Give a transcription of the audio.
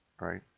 right